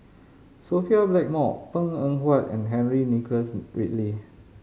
Sophia Blackmore Png Eng Huat and Henry Nicholas Ridley